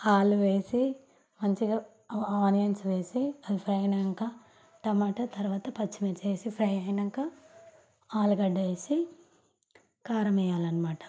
ఆలు వేసి మంచిగా ఆనియన్స్ వేసి అది ఫ్రై అయ్యాక టమాటా తరువాత పచ్చిమిర్చి వేసి ఫ్రై అయ్యాక ఆలుగడ్డ వేసి కారం వేయలన్నమాట